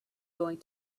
going